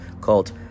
called